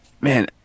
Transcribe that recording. man